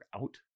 out